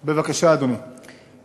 בבקשה, אדוני.